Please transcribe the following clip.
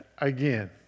again